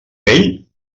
vell